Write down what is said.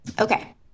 Okay